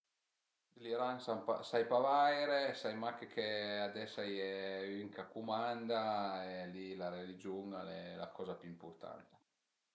L'Iran sai pa vaire, sai mach ch'ades a ie ün ch'a cumanda e li la religiun al e la coza pi ëmpurtanta